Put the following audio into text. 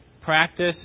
practice